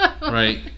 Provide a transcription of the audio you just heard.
Right